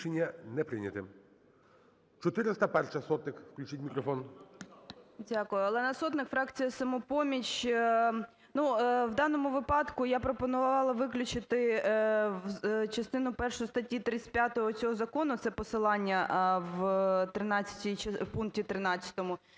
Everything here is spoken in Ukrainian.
Рішення не прийнято.